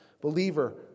believer